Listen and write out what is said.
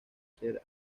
ser